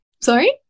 sorry